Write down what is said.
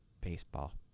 Baseball